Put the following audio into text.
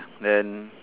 then